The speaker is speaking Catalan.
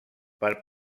per